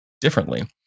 differently